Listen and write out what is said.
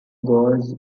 goals